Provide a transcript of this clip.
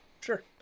Sure